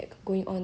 like make him